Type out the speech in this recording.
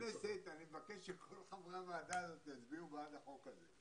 כשזה יגיע לכנסת אני מבקש שכל חברי הוועדה הזאת יצביעו בעד החוק הזה.